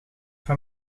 van